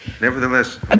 nevertheless